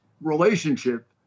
relationship